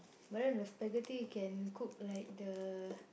but then the spaghetti can cook like the